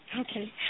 Okay